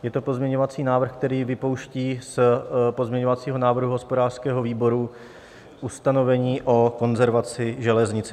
Je to pozměňovací návrh, který vypouští z pozměňovacího návrhu hospodářského výboru ustanovení o konzervaci železnice.